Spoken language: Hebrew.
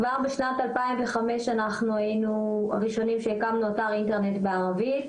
כבר בשנת 2005 היינו הראשונים שהקמנו אתר אינטרנט בערבית.